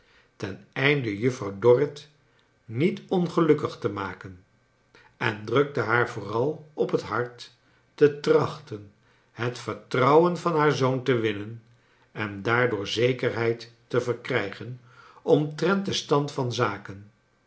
ten einde juffrouw dorrit niet ongelukkig te maken en drukte haar vooral op bet hart te tracbten bet vertrouwen van haar zoon te winnen en daardoor zekerbeid te verkrijgen omtrent den stand van zaken